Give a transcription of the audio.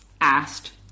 asked